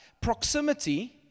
proximity